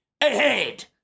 ahead